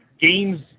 games